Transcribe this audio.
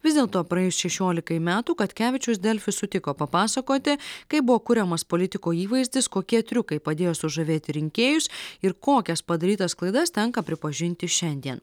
vis dėlto praėjus šešiolikai metų katkevičius delfi sutiko papasakoti kaip buvo kuriamas politiko įvaizdis kokie triukai padėjo sužavėti rinkėjus ir kokias padarytas klaidas tenka pripažinti šiandien